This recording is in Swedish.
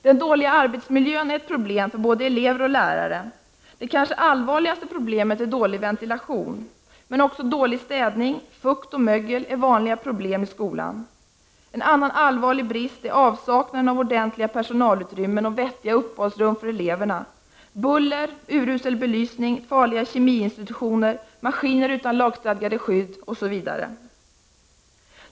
Den dåliga arbetsmiljön är ett problem för både elever och lärare, Det kanske allvarligaste problemet är dålig ventilation. Men även dålig städning, fukt och mögel är vanliga problem i skolan. Andra allvarliga brister är avsaknaden av ordentliga personalutrymmen och vettiga uppehållsrum för eleverna, buller, urusel belysning, farliga kemiinstutitioner, maskiner utan lagstadgade skydd etc.